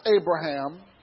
Abraham